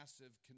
massive